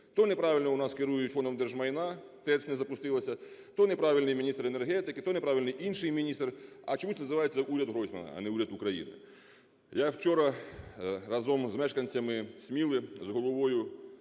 То неправильно у нас керують Фондом держмайна, ТЕЦ не запустилася, то неправильний міністр енергетики, то неправильний інший міністр, – а чомусь називається "уряд Гройсмана", а не "уряд України". Я вчора разом з мешканцями Сміли, з головою